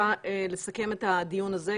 רוצה לסכם את הדיון הזה.